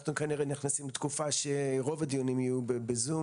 אנחנו כנראה נכנסים לתקופה שרוב הדיונים יהיו בזום,